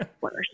worse